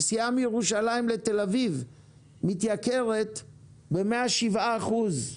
נסיעה מירושלים לתל אביב מתייקרת ב-107 אחוזים.